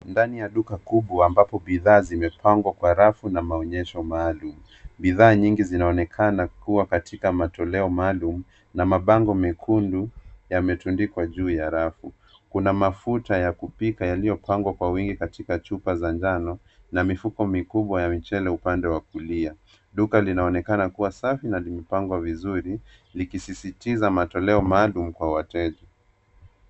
Ndani ya duka kubwa ambapo bidhaa zimepangwa kwa rafu na maonyesho maalum. Bidhaa nyingi zinaonekana kuwa katika matoleo maalum na mabango mekundu yametundikwa juu ya rafu. Kuna mafuta ya kupika yaliyopangwa kwa uwingi katika chupa za njano na mifuko mikubwa ya mchele upande wa kulia. Duka linaonekana kuwa safi na limepangwa vizuri likisisitiza matoleo maalum kwa wateja.